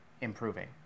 improving